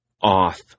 off